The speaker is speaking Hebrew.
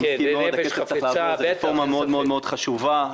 זו רפורמה מאוד חשובה,